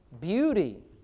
beauty